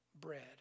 bread